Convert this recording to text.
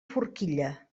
forquilla